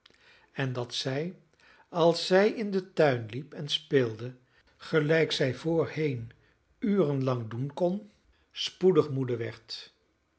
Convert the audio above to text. en dat zij als zij in den tuin liep en speelde gelijk zij voorheen urenlang doen kon spoedig moede werd